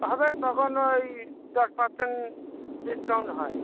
হবে তখন ওই দশ পার্সেন্ট ডিসকাউন্ট হয়